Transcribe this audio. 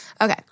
Okay